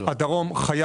הדרום,